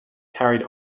carried